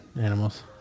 animals